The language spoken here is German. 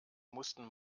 mussten